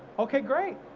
okay great,